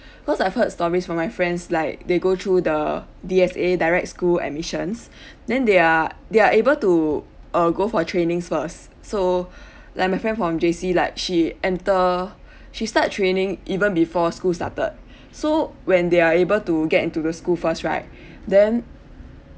because I've heard stories from my friends like they go through the D_S_A direct school admissions then they are they are able to uh go for trainings first so like my friend from J_C like she enter she start training even before school started so when they are able to get into the school first right then